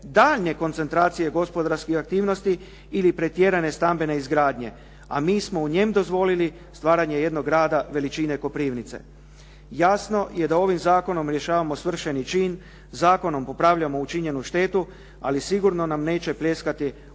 daljnje koncentracije gospodarskih aktivnosti ili pretjerane stambene izgradnje, a mi smo u njem dozvolili stvaranje jednog rada veličine Koprivnice. Jasno je da ovim zakonom rješavamo svršeni čin, zakonom popravljamo učinjenu štetu. Ali sigurno nam neće pljeskati oni